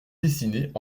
dessinées